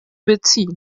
beziehen